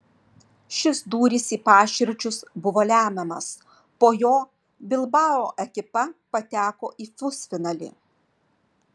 šis dūris į paširdžius buvo lemiamas po jo bilbao ekipa pateko į pusfinalį